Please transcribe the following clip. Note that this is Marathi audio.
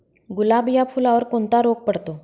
गुलाब या फुलावर कोणता रोग पडतो?